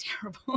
terrible